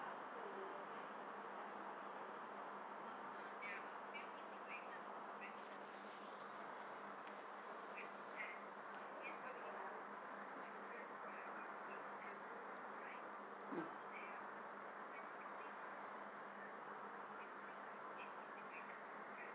mm